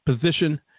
position